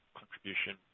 contribution